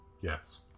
yes